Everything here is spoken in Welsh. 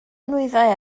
nwyddau